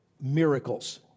miracles